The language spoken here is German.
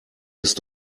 ist